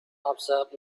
observed